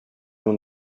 nun